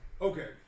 Okay